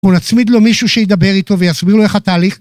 בוא נצמיד לו מישהו שידבר איתו ויסביר לו איך התהליך